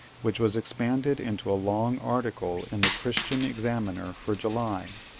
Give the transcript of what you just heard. which was expanded into a long article in the christian examiner for july.